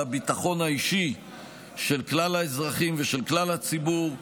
הביטחון האישי של כלל האזרחים ושל כלל הציבור.